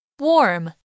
Warm